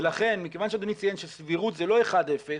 לכן מכיוון שאדוני ציין שסבירות זה לא אחד-אפס